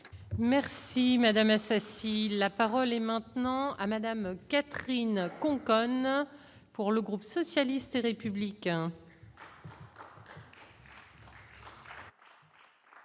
Merci Madame Assassi, la parole est maintenant à Madame Catherine Conconne pour le groupe socialiste et républicain.